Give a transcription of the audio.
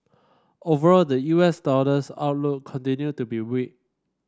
overall the U S dollar's outlook continued to be weak